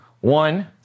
One